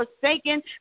forsaken